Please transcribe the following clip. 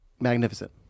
Magnificent